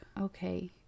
okay